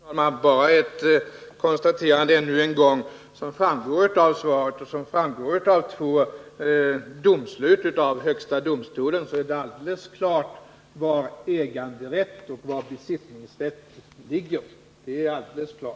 Herr talman! Bara ett konstaterande ännu en gång: Som framgår av svaret och som framgår av två domslut av högsta domstolen är det alldeles klart var äganderätt och besittningsrätt ligger.